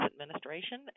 administration